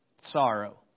Sorrow